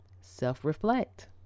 self-reflect